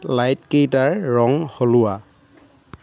লাইটকেইটাৰ ৰং সলোৱা